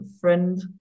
friend